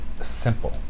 simple